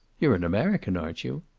you're an american, aren't you?